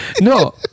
No